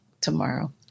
tomorrow